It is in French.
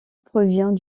provient